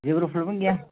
जेबो प्रब्लेम गैया